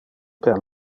per